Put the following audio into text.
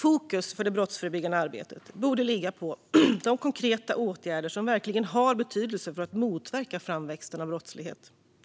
Fokus för det brottsförebyggande arbetet borde ligga på de konkreta åtgärder som verkligen har betydelse för att motverka framväxten av brottslighet.